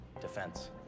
Defense